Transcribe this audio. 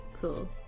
cool